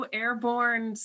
airborne